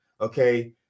okay